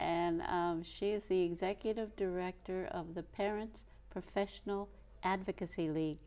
and she is the executive director of the parent professional advocacy lee